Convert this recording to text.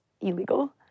illegal